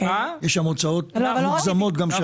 יש הוצאות מוגזמות גם שם.